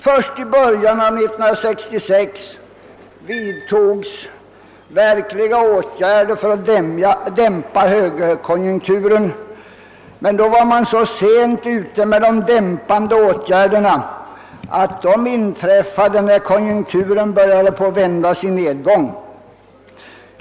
Först i början av 1966 vidtogs verkliga åtgärder för att dämpa högkonjunkturen, men då var man så sent ute att konjunkturen på nytt hade börjat vändas i nedgång.